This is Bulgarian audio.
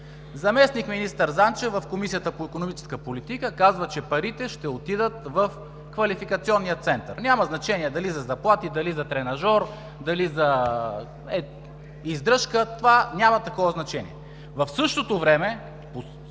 Заместник-министър Занчев в Комисията по икономическа политика казва, че парите ще отидат в Квалификационния център – няма значение дали за заплати, дали за тренажор, дали за издръжка, това няма такова значение. В същото време,